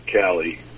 Callie